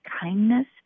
kindness